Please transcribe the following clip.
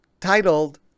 titled